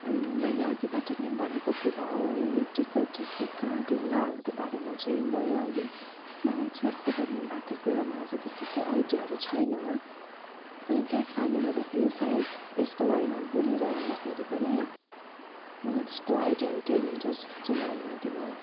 मैले अघिबाट नै भनेको कुरा हो है यो टिकट सिक्का ढुङ्गाहरूको बारेमा चाहिँ म यो अहिले मलाई चाहिँ यसको बारेमा भएकै कुरा मलाई चाहिँ त्यस्तो केही आइडियाहरू छैन अनि त्यही कारणले गर्दाखेरि सायद यसको बारेमा बोलिरहँदाखेरि पनि मलाई त्यस्तो आइडियाहरू केही हुन्छ जस्तो चाहिँ मलाई लागेन